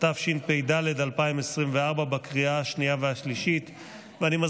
התשפ"ד 2024, אושרה בקריאה הראשונה ותחזור לוועדת